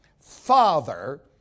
Father